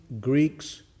Greeks